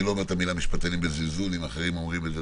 אני לא אומר את המילה משפטנים בזלזול ואם אחרים אומרים את זה,